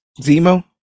Zemo